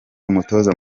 umutoza